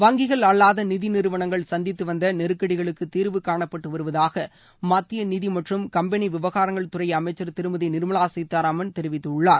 வங்கிகள் அல்லாத நிதிநிறுவனங்கள் சந்தித்து வந்த நெருக்கடிகளுக்கு தீர்வு காணப்பட்டு வருவதாக மத்திய நிதி மற்றும் கம்பெளி விவகாரங்கள் துறை அமைச்சர் திருமதி நீர்மலா சீதாராமன் தெரிவித்துள்ளார்